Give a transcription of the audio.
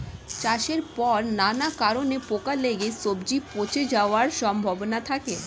চাষের পর নানা কারণে পোকা লেগে সবজি পচে যাওয়ার সম্ভাবনা থাকে